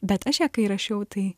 bet aš ją kai rašiau tai